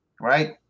Right